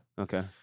Okay